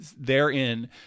therein